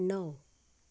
णव